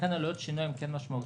לכן עלויות השינוע הן כן משמעותיות.